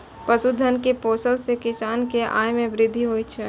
पशुधन कें पोसला सं किसान के आय मे वृद्धि होइ छै